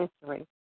history